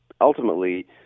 ultimately